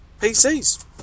PCs